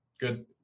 Good